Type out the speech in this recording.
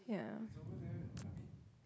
yeah